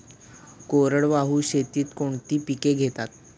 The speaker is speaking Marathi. कोरडवाहू शेतीत कोणती पिके घेतात?